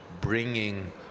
bringing